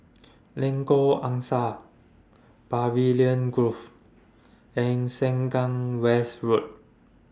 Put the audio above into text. Lengkok Angsa Pavilion Grove and Sengkang West Road